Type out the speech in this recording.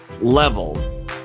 level